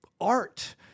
art